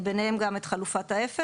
ביניהן גם את חלופת האפס.